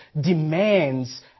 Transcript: demands